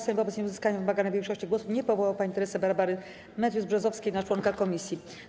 Sejm wobec nieuzyskania wymaganej większości głosów nie powołał pani Teresy Barbary Matthews-Brzozowskiej na członka komisji.